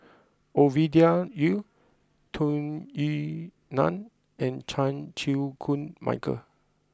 Ovidia Yu Tung Yue Nang and Chan Chew Koon Michael